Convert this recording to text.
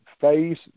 phase